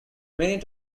many